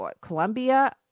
Columbia